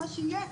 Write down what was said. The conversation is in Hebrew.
מה שיהיה,